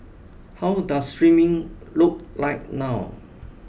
how does streaming look like now